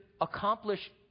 accomplish